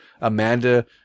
amanda